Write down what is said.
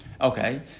Okay